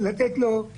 המשנה לנשיאה בדימוס,